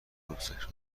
عروسک